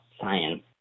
science